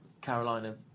Carolina